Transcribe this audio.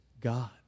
God